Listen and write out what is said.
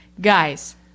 Guys